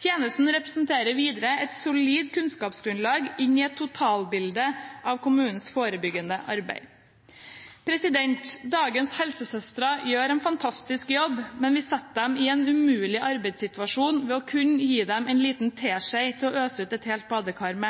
Tjenesten representerer videre et solid kunnskapsgrunnlag inn i et totalbilde av kommunenes forebyggende arbeid. Dagens helsesøstre gjør en fantastisk jobb, men vi setter dem i en umulig arbeidssituasjon ved kun å gi dem en liten teskje til å øse ut av et helt badekar.